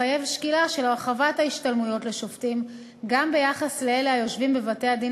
מחייב שקילה של הרחבת ההשתלמויות לשופטים גם ביחס לאלה היושבים בבתי-הדין